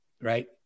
right